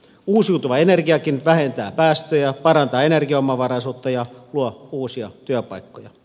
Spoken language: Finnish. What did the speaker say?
uusiutuva energiakin vähentää päästöjä parantaa energiaomavaraisuutta ja luo uusia työpaikkoja